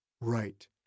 Right